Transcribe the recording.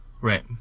Right